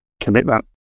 commitment